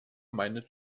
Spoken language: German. meine